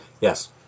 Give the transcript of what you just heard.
Yes